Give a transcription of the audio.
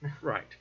Right